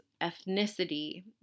ethnicity